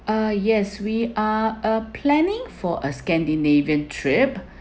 uh yes we are uh planning for a scandinavian trip